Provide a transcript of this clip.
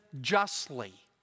justly